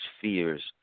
fears